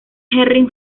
henry